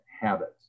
habits